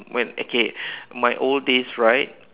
when okay my old days right